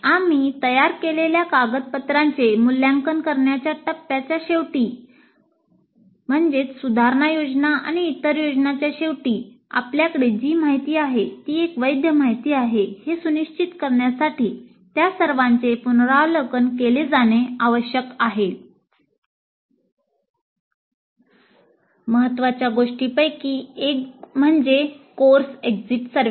आम्ही तयार केलेल्या कागदपत्रांचे मूल्यांकन करण्याच्या टप्प्याच्या शेवटी आपल्याकडे जी माहिती आहे ती एक वैध माहिती आहे हे सुनिश्चित करण्यासाठी त्या सर्वांचे पुनरावलोकन केले जाणे आवश्यक आहे महत्त्वाच्या गोष्टींपैकी एक म्हणजे कोर्स एक्झिट सर्वेक्षण